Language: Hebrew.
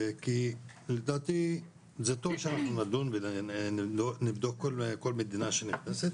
לדעתי זה טוב שאנחנו נדון ונבדוק כל מדינה שנכנסת.